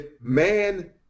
man